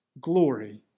Glory